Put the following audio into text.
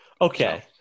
Okay